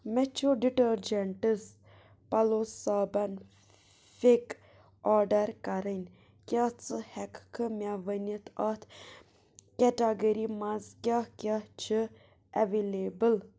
مےٚ چھُ ڈِٹٲرجنٛٹٕز پلو صابن پھیٚکھ آرڈر کَرٕنۍ کیٛاہ ژٕ ہٮ۪کٕکھا مےٚ ؤنِتھ اَتھ کیٹاگٔری منٛز کیٛاہ کیٛاہ چھِ ایٚویلیبُل